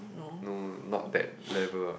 no not that level